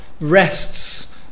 rests